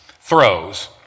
throws